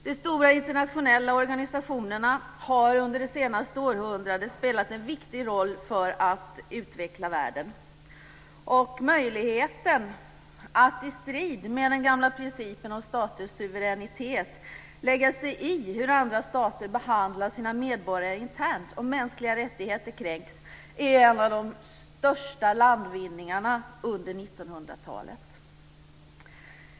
De stora internationella organisationerna har under det senaste århundradet spelat en viktig roll för att utveckla världen, och möjligheten att i strid med den gamla principen om staters suveränitet lägga sig i hur andra stater behandlar sina medborgare internt om mänskliga rättigheter kränks är en av de största landvinningarna under 1900-talet.